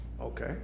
okay